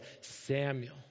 Samuel